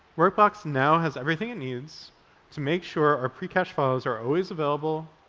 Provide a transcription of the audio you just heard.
workbox now has everything it needs to make sure our pre-cache files are always available,